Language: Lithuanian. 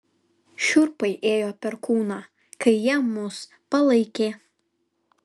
šiurpai ėjo per kūną kaip jie mus palaikė